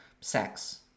sex